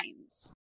times